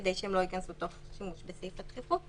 כדי שהן לא ייכנסו תוך שימוש בסעיף הדחיפות.